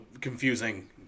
confusing